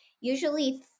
usually